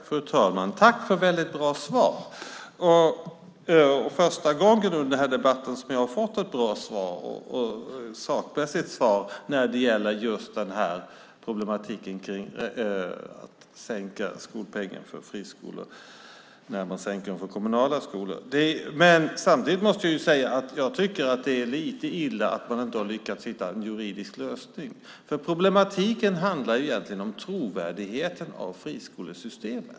Fru talman! Tack för ett väldigt bra svar! Det är första gången under den här debatten som jag har fått ett sakmässigt bra svar när det gäller problematiken kring att sänka skolpengen för friskolor när man sänker den för kommunala skolor. Samtidigt måste jag säga att jag tycker att det är lite illa att man inte har lyckats hitta en juridisk lösning, för problematiken handlar egentligen om friskolesystemets trovärdighet.